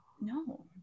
no